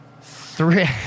three